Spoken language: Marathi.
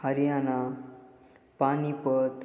हरियाणा पानीपत